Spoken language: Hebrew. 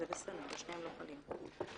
תודה, גברתי.